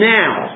now